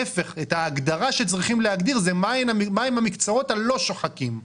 ההגדרה שצריך להגדיר היא מה הם המקצועות הלא שוחקים.